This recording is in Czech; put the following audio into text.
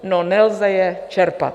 No, nelze je čerpat.